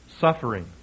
suffering